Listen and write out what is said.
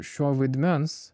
šio vaidmens